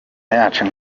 yacu